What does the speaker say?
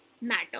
matter